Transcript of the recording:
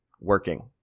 working